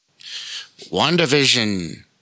WandaVision